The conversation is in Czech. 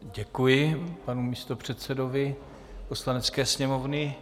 Děkuji panu místopředsedovi Poslanecké sněmovny.